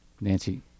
Nancy